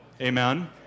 Amen